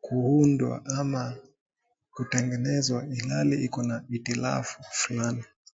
kuundwa ama kutengenezwa ila iko na hitilafu fulani.